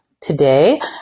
today